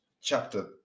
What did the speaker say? chapter